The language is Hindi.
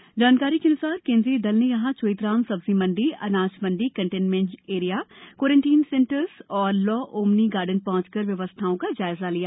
आधिकारिक जानकारी के अन्सार केन्द्रीय दल ने यहां चोइथराम सब्जी मण्डी अनाज मण्डी कंटेनमेंट एरिया कोरेंटाइन सेंटर तथा लॉ ओमनी गार्डन पह्चंकर व्यवस्थाओं का जायजा लिया